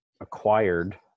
acquired